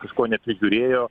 kažko neprižiūrėjo